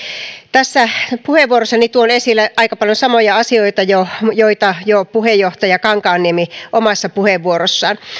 tässä puheenvuorossani tuon esille aika paljon samoja asioita joita jo puheenjohtaja kankaanniemi toi omassa puheenvuorossaan